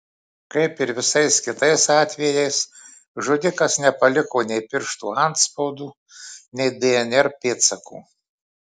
kaip ir visais kitais atvejais žudikas nepaliko nei pirštų atspaudų nei dnr pėdsakų